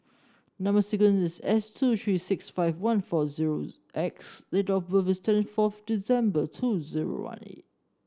number sequence is S two three six five one four zero X date of birth is twenty four December two zero one eight